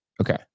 Okay